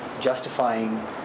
justifying